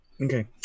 Okay